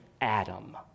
adam